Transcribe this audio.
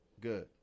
Good